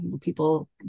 People